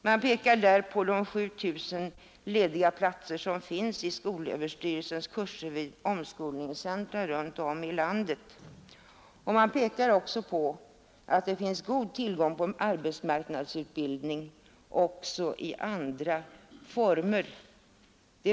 ——-— Det finns ännu 7 000 lediga platser i skolöverstyrelsens kurser vid omskolningscentra runt om i landet och det finns god tillgång på arbetsmarknadsutbildning även i andra former. ——— Bl.